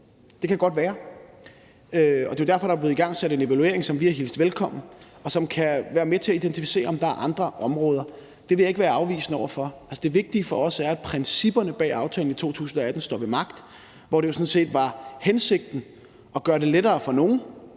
Det kan godt være, og det er jo derfor, der er blevet igangsat en evaluering, som vi har hilst velkommen, og som kan være med til at identificere, om der er andre områder. Det vil jeg ikke være afvisende over for. Det vigtige for os er, at principperne bag aftalen i 2018 står ved magt, hvor det jo sådan set var hensigten at gøre det lettere for nogle